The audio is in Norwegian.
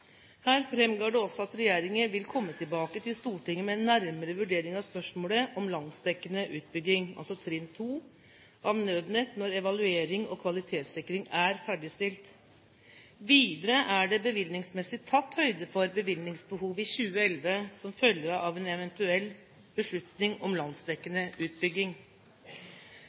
Her framgår det også at regjeringen vil komme tilbake til Stortinget med en nærmere vurdering av spørsmålet om landsdekkende utbygging, altså trinn 2 av Nødnett, når evaluering og kvalitetssikring er ferdigstilt. Videre er det bevilgningsmessig tatt høyde for bevilgningsbehov i 2011 som følge av en eventuell beslutning om landsdekkende utbygging.